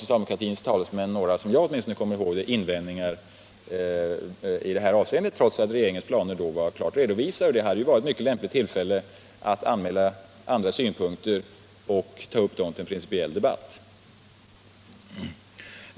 Socialdemokratins talesmän gjorde icke — så långt jag kommer ihåg — några invändningar i det här avseendet, trots att regeringens planer då var klart redovisade och det hade varit ett mycket lämpligt tillfälle att anmäla andra synpunkter och ta upp dem till en principiell debatt.